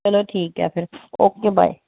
ਚਲੋ ਠੀਕ ਹੈ ਫਿਰ ਓਕੇ ਬਾਏ